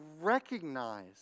recognize